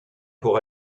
pour